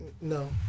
No